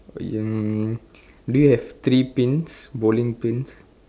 um do you have three pins bowling pins